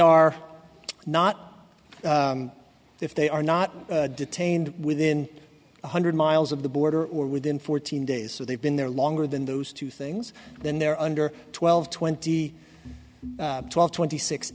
are not if they are not detained within one hundred miles of the border or within fourteen days so they've been there longer than those two things then they're under twelve twenty twelve twenty six